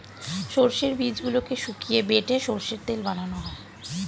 সর্ষের বীজগুলোকে শুকিয়ে বেটে সর্ষের তেল বানানো হয়